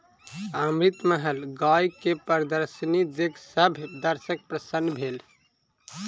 अमृतमहल गाय के प्रदर्शनी देख सभ दर्शक प्रसन्न भेल